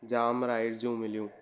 जाम राइड्ज़ू मिलियूं